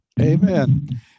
amen